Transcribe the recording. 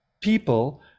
people